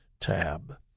tab